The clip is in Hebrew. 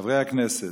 חברי הכנסת,